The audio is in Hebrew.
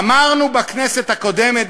אמרנו בכנסת הקודמת,